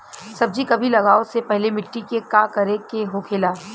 सब्जी कभी लगाओ से पहले मिट्टी के का करे के होखे ला?